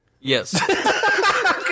Yes